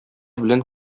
белән